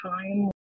time